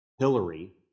Hillary